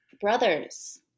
Brothers